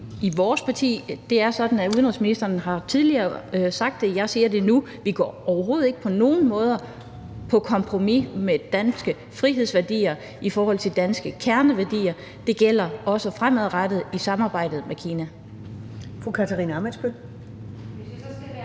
i vores parti går på kompromis. Udenrigsministeren har tidligere sagt det, og jeg siger det nu: Vi går overhovedet ikke på nogen måder på kompromis med danske frihedsværdier, i forhold til danske kerneværdier. Det gælder også fremadrettet i samarbejdet med Kina.